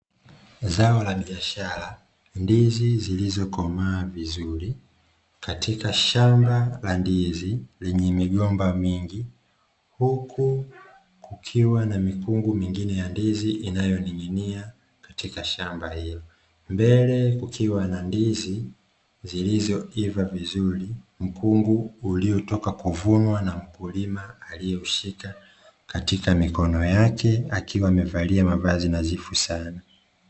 Zao la biashara. Ndizi zilizokomaa vizuri katika shamba la ndizi lenye migomba mingi, huku kukiwa na mikungu mingine ya ndizi inayoning'nia katika shamba hili, mbele kukiwa na ndizi zilizoiva vizuri, mkungu uliotoka kuvunwa na mkulima aliyeushika katika mikono yake akiwa amevalia mavazi nadhifu sana.